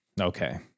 Okay